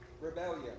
rebellion